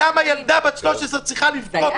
על מסכות?